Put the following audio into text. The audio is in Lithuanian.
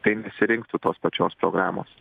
tai nesirinktų tos pačios programos